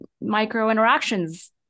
micro-interactions